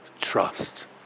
trust